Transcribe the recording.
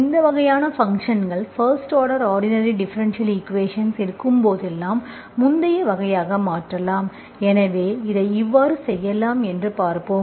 இந்த வகையான ஃபங்க்ஷன்கள் first order ordinary differential equations இருக்கும்போதெல்லாம் முந்தைய வகையாக மாற்றலாம் எனவே இதை எவ்வாறு செய்யலாம் என்று பார்ப்போம்